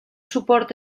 suport